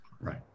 Right